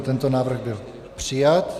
Tento návrh byl přijat.